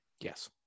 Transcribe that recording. Yes